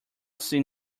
seen